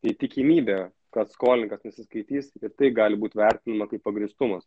tai tikimybė kad skolininkas nesiskaitys ir tai gali būt vertinama kaip pagrįstumas